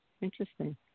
Interesting